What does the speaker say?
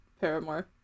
paramore